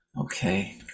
Okay